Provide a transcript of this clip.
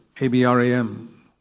A-B-R-A-M